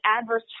adverse